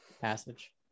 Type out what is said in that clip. passage